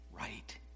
right